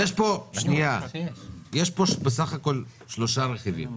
יש פה בסך הכול שלושה רכיבים: